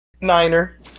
Niner